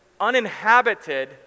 uninhabited